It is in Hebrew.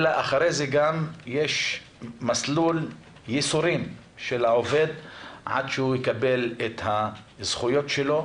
אלא אחרי זה גם יש מסלול ייסורים של העובד עד שהוא מקבל את הזכויות שלו,